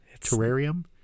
Terrarium